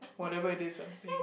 whatever it is I'm saying